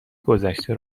گذشته